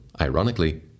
ironically